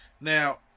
Now